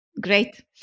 Great